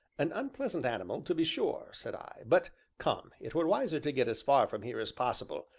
an unpleasant animal, to be sure, said i. but come, it were wiser to get as far from here as possible,